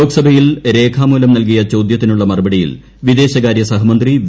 ലോക്സഭയിൽ രേഖാമൂലം നൽകിയ ചോദ്യത്തിനുള്ള മറുപടിയിൽ വിദേശകാരൃസഹമന്ത്രി വി